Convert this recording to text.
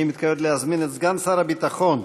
אני מתכבד להזמין את סגן שר הביטחון,